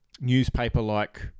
newspaper-like